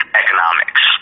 economics